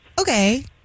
Okay